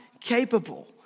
capable